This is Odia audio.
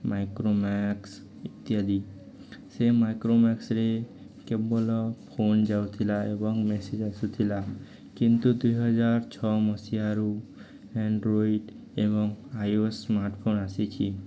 ମାଇକ୍ରୋମ୍ୟାକ୍ସ ଇତ୍ୟାଦି ସେ ମାଇକ୍ରୋମ୍ୟାକ୍ସରେ କେବଳ ଫୋନ୍ ଯାଉଥିଲା ଏବଂ ମେସେଜ୍ ଆସୁଥିଲା କିନ୍ତୁ ଦୁଇହଜାର ଛଅ ମସିହାରୁ ଆଣ୍ଡ୍ରଏଡ଼୍ ଏବଂ ଆଇ ଓ ସ୍ମାର୍ଟଫୋନ୍ ଆସିଛି